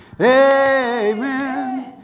Amen